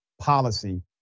policy